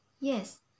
Yes